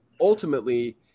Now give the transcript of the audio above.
ultimately